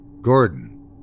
Gordon